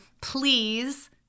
please